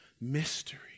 mystery